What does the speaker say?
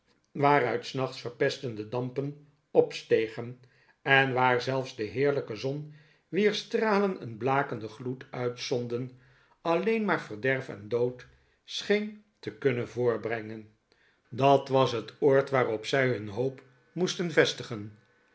waaruit s nachts verpestende dampen opstegen en waar zelfs de heerlijke zon wier stralen een blakenden gloed uitzonden alleen maar verderf en dood scheen te kunnen voortbrengen dat was vroolijkheden van eden het oord waarop zij hun hoop moesten vestigen